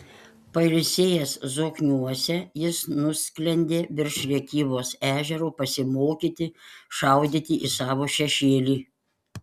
pailsėjęs zokniuose jis nusklendė virš rėkyvos ežero pasimokyti šaudyti į savo šešėlį